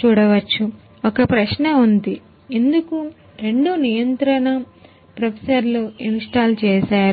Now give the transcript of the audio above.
చూడవచ్చు ఒక ప్రశ్న ఉంది ఎందుకు రెండు నియంత్రణ ప్రాసెసర్లు ఇన్స్టాల్ చేసారు